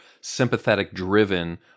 sympathetic-driven